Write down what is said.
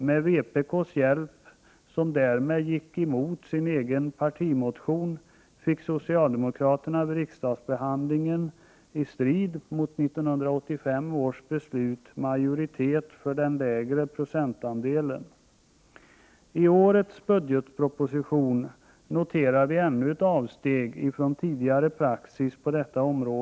Med vpk:s hjälp — vpk gick därmed emot sin egen partimotion — fick socialdemokraterna vid riksdagsbehandlingen, i strid mot 1985 års beslut, majoritet för den lägre procentandelen. I årets budgetproposition noterar vi ännu ett avsteg från tidigare praxis på detta område.